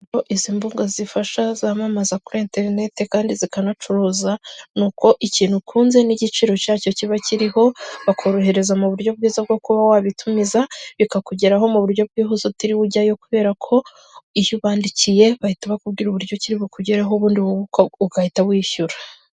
Icyo izi mbuga zifasha zamamaza kuri interineti kandi zikanacuruza ni uko ikintu ukunze n'igiciro cyacyo kiba kiriho bakorohereza mu buryo bwiza bwo kuba wabitumiza bikakugeraho mu buryo bwihuse utiriwe ujyayo kubera ko iyo ubandikiye bahita bakubwira uburyo kiri bukugeraho ubundi wowe ugahita wishyura.